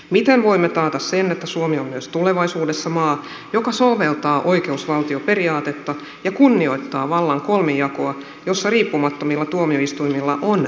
miten voimme taata sen että suomi on myös tulevaisuudessa maa joka soveltaa oikeusvaltioperiaatetta ja kunnioittaa vallan kolmijakoa jossa riippumattomilla tuomioistuimilla on riittävät resurssit